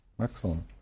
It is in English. Excellent